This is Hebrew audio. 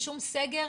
בשום סגר,